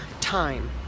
time